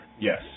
Yes